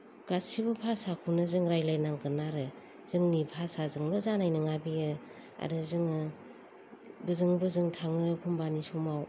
गासैबो भासाखौनो जों रायज्लायनांगोन आरो जोंनि भासाजोंल' जानाय नङा बेयो आरो जोङो बोजों बोजों थाङो एखनबानि समाव